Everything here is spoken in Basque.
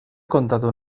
kontatu